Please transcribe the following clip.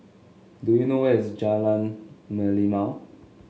do you know where is Jalan Merlimau